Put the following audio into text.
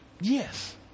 Yes